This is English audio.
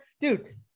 dude